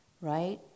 right